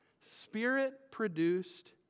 spirit-produced